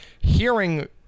hearing